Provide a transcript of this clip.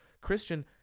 Christian